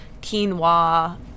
quinoa